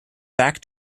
back